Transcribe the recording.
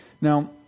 Now